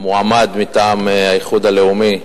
המועמד מטעם האיחוד הלאומי,